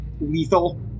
lethal